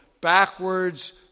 backwards